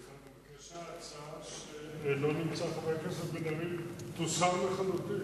סליחה, חבר הכנסת בן-ארי לא נמצא.